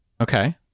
Okay